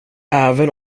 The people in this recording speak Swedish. även